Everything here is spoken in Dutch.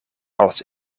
als